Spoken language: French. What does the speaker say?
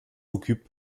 occupe